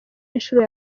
inshuro